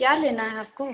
क्या लेना है आपको